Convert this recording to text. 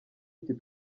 iki